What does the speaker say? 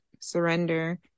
surrender